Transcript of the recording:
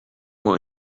more